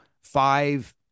five